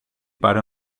para